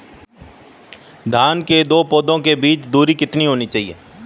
धान के दो पौधों के बीच की दूरी कितनी होनी चाहिए?